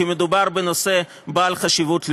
כי מדובר בנושא בעל חשיבות לאומית.